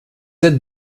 êtes